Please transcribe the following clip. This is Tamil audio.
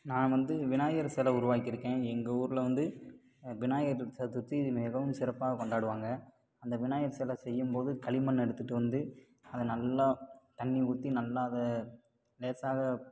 நான் வந்து விநாயகர் செலை உருவாக்கியிருக்கேன் எங்கள் ஊரில் வந்து விநாயகர் சதுர்த்தி மிகவும் சிறப்பாக கொண்டாடுவாங்க அந்த விநாயகர் செலை செய்யும் போது களிமண்ணை எடுத்துட்டு வந்து அதை நல்லா தண்ணி ஊற்றி நல்லா அதை லேசாக